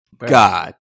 God